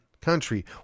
country